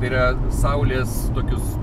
tai yra saulės tokius